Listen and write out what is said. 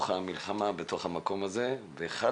במלחמה הנוכחית יש לנו כמה וכמה